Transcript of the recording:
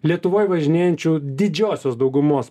lietuvoj važinėjančių didžiosios daugumos